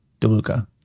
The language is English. DeLuca